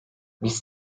biz